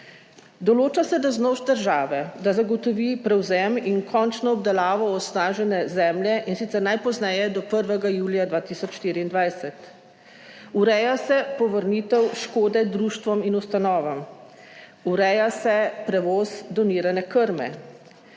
Določa se dolžnost države, da zagotovi prevzem in končno obdelavo onesnažene zemlje in sicer najpozneje do 1. julija 2024. Ureja se povrnitev škode društvom in ustanovam, ureja se prevoz donirane krme.